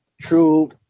true